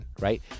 right